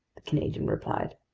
the canadian replied.